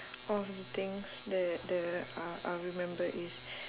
of the things that the uh I'll remember is